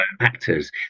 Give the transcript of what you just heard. actors